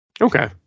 Okay